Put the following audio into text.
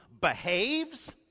behaves